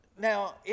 Now